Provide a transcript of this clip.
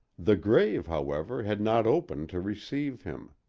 the grave, however, had not opened to receive him.